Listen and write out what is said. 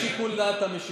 לפי שיקול דעת המשיבים.